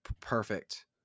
perfect